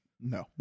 No